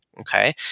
Okay